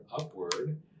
Upward